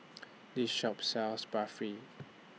This Shop sells Barfi